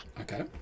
okay